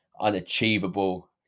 unachievable